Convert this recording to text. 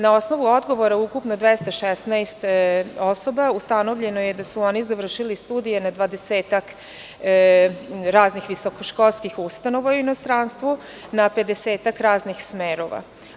Na osnovu odgovora ukupno 216 osoba, ustanovljeno je da su oni završili studije na 20-ak raznih visokoškolskih ustanova u inostranstvu, na 50-ak raznih smerova.